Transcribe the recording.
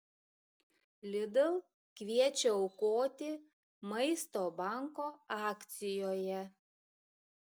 lidl kviečia aukoti maisto banko akcijoje